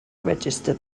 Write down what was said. register